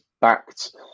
backed